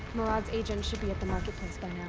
marad's agent should be at the marketplace